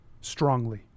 strongly